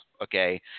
okay